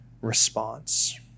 response